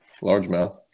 Largemouth